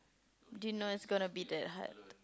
did you know it's gonna be that hard